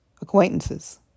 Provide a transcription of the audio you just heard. acquaintances